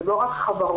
ולא רק חברות,